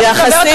כשאת מדברת,